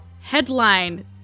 Headline